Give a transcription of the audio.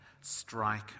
strike